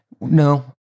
No